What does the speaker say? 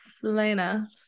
selena